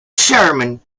sherman